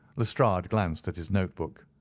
lestrade glanced at his note-book.